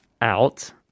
out